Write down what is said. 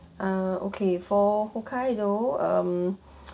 err okay for hokkaido um